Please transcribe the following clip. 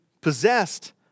possessed